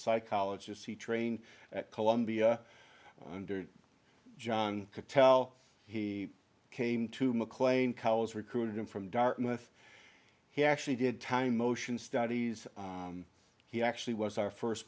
psychologist he trained at columbia under john patel he came to mclean ca was recruited him from dartmouth he actually did time motion studies he actually was our first